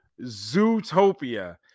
Zootopia